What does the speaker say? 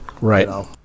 right